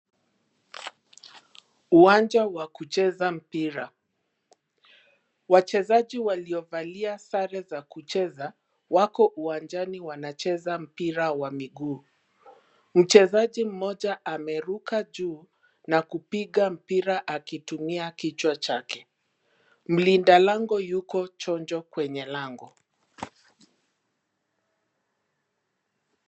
Uwanja wa kucheza mpira. Wachezaji waliovalia sare za kucheza, wako uwanjani wanacheza mpira wa miguu. Mchezaji mmoja ameruka juu, na kupiga mpira akitumia kichwa chake. Mlinda lango yuko chonjo kwenye lango.